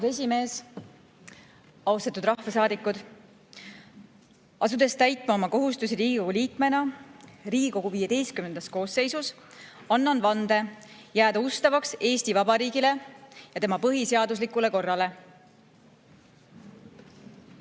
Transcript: esimees! Austatud rahvasaadikud! Asudes täitma oma kohustusi Riigikogu liikmena Riigikogu XV koosseisus, annan vande jääda ustavaks Eesti Vabariigile ja tema põhiseaduslikule korrale.